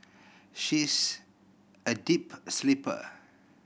she's a deep sleeper